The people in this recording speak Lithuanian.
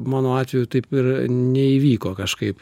mano atveju taip ir neįvyko kažkaip